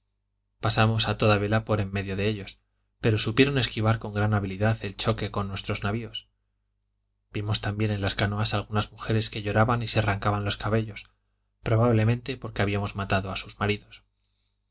pasamos a toda vela por en medio de ellos pero supieron esquivar con gran habilidad el choque con nuestros navios vimos también en las canoas algunas mujeres que lloraban y se arrancaban los cabellos probablemente porque habíamos matado a sus maridos